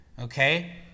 Okay